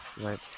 right